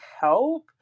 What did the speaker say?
help